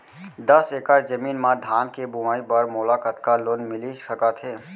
दस एकड़ जमीन मा धान के बुआई बर मोला कतका लोन मिलिस सकत हे?